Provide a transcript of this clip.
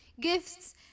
gifts